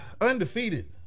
undefeated